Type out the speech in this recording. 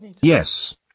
Yes